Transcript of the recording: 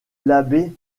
l’abbé